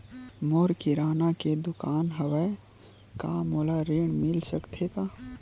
मोर किराना के दुकान हवय का मोला ऋण मिल सकथे का?